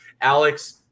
Alex